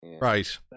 right